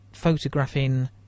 photographing